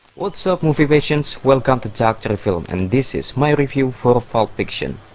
what's up, movie patients? welcome to dr film. and this is my review for pulp fiction.